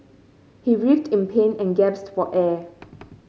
he writhed in pain and gasped for air